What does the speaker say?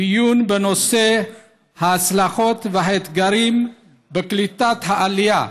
דיון בנושא ההשלכות והאתגרים בקליטת העלייה